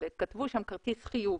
וכתבו שם כרטיס חיוב.